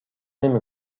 نمی